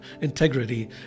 integrity